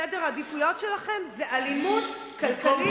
סדר העדיפויות שלכם זה אלימות כלכלית כלפי נשים.